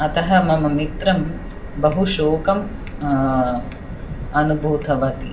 अतः मम मित्रं बहु शोकम् अनुभूतवती